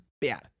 bad